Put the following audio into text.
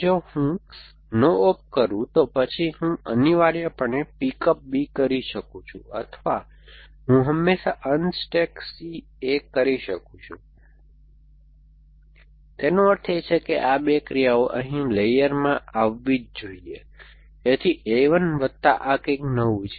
જો હું no op કરું તો પછી હું અનિવાર્યપણે પિક અપ b કરી શકું છું અથવા હું હંમેશા અનસ્ટૅક c a કરી શકું છું તેનો અર્થ એ કે આ 2 ક્રિયાઓ અહીં લેયર માં આવવી જ જોઈએ તેથી a1 વત્તા આ કૈંક નવું છે